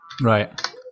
Right